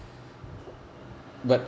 but